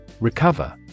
Recover